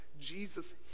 Jesus